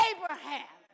Abraham